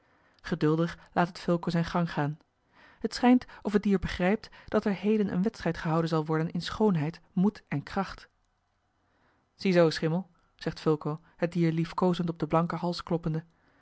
geduldig laat het fulco zijn gang gaan t schijnt of het dier begrijpt dat er heden een wedstrijd gehouden zal worden in schoonheid moed en kracht ziezoo schimmel zegt fulco het dier liefkoozend op den blanken hals kloppende